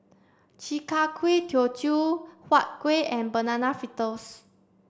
Chi Kak Kuih Teochew Huat Kueh and banana fritters